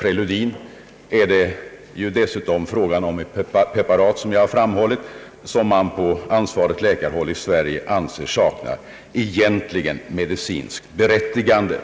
Preludin är ju dessutom ett preparat som — det har jag framhållit — man på ansvarigt läkarhåll i Sverige egentligen anser sakna medicinskt berättigande